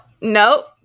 Nope